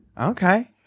Okay